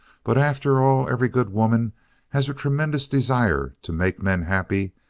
but after all, every good woman has a tremendous desire to make men happy,